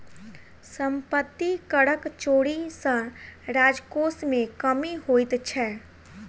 सम्पत्ति करक चोरी सॅ राजकोश मे कमी होइत छै